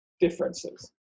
differences